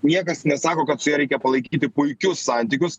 niekas nesako kad su ja reikia palaikyti puikius santykius